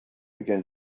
began